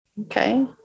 okay